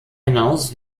hinaus